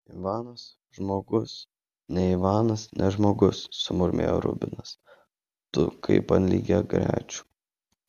ivanas žmogus ne ivanas ne žmogus sumurmėjo rubinas tu kaip ant lygiagrečių